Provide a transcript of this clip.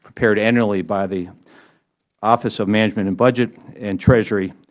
prepared annually by the office of management and budget and treasury,